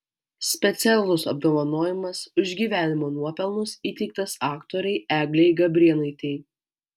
specialus apdovanojimas už gyvenimo nuopelnus įteiktas aktorei eglei gabrėnaitei